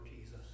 jesus